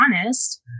honest